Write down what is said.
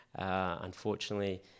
Unfortunately